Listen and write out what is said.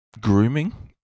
...grooming